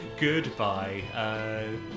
Goodbye